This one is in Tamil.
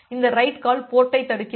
இந்த எரைட் கால் போர்ட்டைத் தடுக்கிறது